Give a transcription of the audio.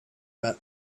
met